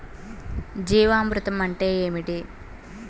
జీవామృతం అంటే ఏమిటి?